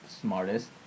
smartest